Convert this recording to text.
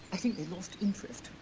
i think they lost interest.